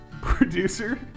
producer